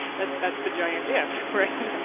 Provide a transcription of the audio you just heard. that's that's the giant if, right?